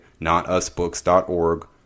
notusbooks.org